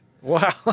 Wow